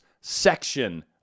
section